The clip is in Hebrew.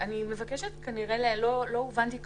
שלא הובנתי כשורה,